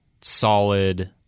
solid